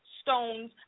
stones